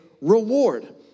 reward